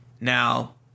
Now